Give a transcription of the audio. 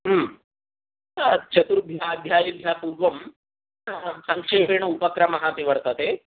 चतुर्भ्यः अध्यायेभ्यः पूर्वं सङ्क्षेपेण उपक्रमः अपि वर्तते